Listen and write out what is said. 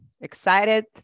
excited